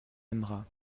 aimera